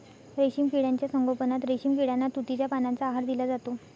रेशीम किड्यांच्या संगोपनात रेशीम किड्यांना तुतीच्या पानांचा आहार दिला जातो